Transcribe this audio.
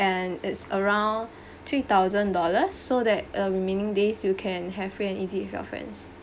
and it's around three thousand dollars so that uh remaining days you can have free and easy with your friends